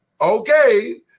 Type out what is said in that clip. okay